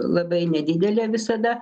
labai nedidelė visada